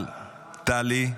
אבל, טלי,